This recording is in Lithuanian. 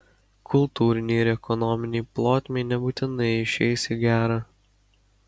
kultūrinei ir ekonominei plotmei nebūtinai išeis į gerą